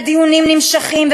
והדיונים נמשכים,